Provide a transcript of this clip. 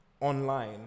online